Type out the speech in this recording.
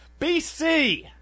BC